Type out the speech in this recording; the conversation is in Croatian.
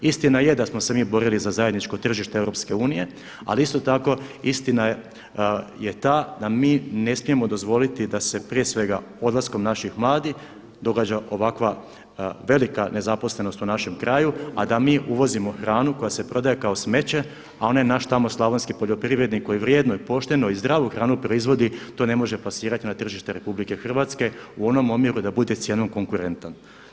Istina je da smo se mi borili za zajedničko tržite EU ali isto tako istina je ta da mi ne smijemo dozvoliti da se prije svega odlaskom naših mladih događa ovakva velika nezaposlenost u našem kraju a da mi uvozimo hranu koja se prodaje kao smeće a onaj naš tamo slavonski poljoprivrednik koji vrijedno i pošteno i zdravu hranu proizvodi to ne može plasirati na tržište RH u onom omjeru da bude s cijenom konkurentan.